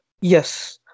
Yes